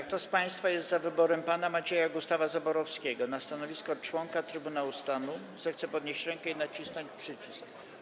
Kto z państwa jest za wyborem pana Macieja Gustawa Zaborowskiego na stanowisko członka Trybunału Stanu, zechce podnieść rękę i nacisnąć przycisk.